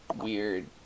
weird